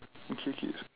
okay K